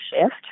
shift